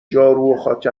جاروخاک